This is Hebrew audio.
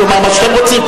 שהוא יאמר מה שאתם רוצים?